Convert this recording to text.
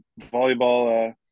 volleyball